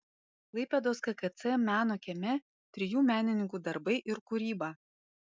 klaipėdos kkc meno kieme trijų menininkų darbai ir kūryba